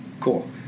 Cool